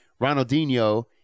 Ronaldinho